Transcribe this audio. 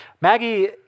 Maggie